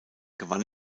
gewann